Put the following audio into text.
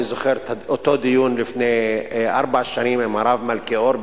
אני זוכר אותו דיון לפני ארבע שנים עם הרב מלכיאור,